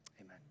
amen